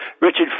Richard